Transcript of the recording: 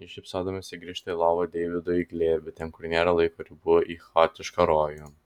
ji šypsodamasi grįžta į lovą deividui į glėbį ten kur nėra laiko ribų į chaotišką rojų